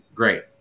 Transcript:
great